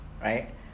right